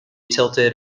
tilted